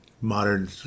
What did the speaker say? modern